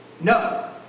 no